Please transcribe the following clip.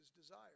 desire